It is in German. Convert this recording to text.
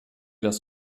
das